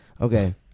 Okay